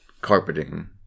carpeting